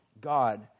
God